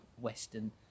Western